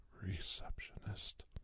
receptionist